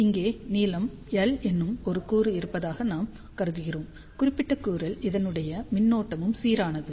இங்கே நீளம் L என்னும் ஒரு கூறு இருப்பதாக நாம் கருதுகிறோம் குறிப்பிட்ட கூறில் இதனுடைய மின்னோட்டமும் சீரானது